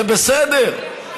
זה בסדר,